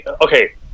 Okay